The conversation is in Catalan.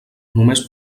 només